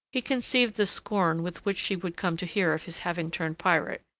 he conceived the scorn with which she would come to hear of his having turned pirate,